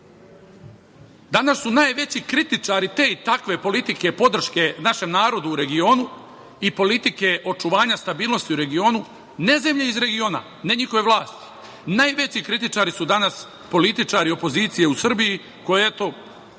danas su najveći kritičari te i takve politike, podrške našem narodu u regionu i politike očuvanja stabilnosti u regionu ne zemlje iz regiona, ne njihove vlasti, najveći kritičari su danas političari opozicije u Srbiji, koje, eto,